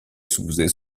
suse